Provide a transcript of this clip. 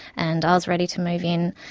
and i was ready to move in,